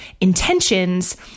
intentions